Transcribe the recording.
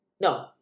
No